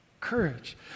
courage